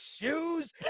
shoes